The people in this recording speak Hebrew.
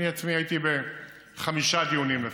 אני עצמי הייתי בחמישה דיונים לפחות,